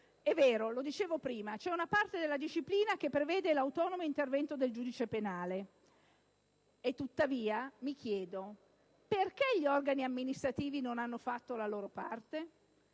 È vero, lo dicevo prima: c'è una parte della disciplina che permette l'autonomo intervento del giudice penale e tuttavia mi chiedo: perché gli organi amministrativi non hanno fatto la loro parte?